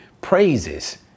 praises